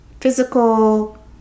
physical